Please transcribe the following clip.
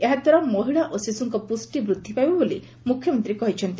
ଏହା ଦ୍ୱାରା ମହିଳା ଓ ଶିଶୁଙ୍କ ପୁଷ୍ ବୃଦ୍ଧି ପାଇବ ବୋଲି ମୁଖ୍ୟମନ୍ତୀ କହିଛନ୍ତି